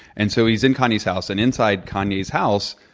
and so he's in kanye's house, and inside kanye's house,